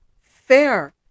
fair